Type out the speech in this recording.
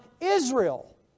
Israel